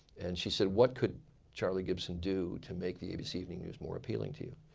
and she said, what could charlie gibson do to make the abc evening news more appealing to you.